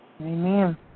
Amen